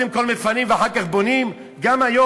קודם כול מפנים ואחר כך בונים?